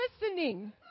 listening